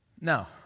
Now